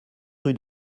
rue